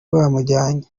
bamujyanye